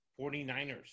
49ers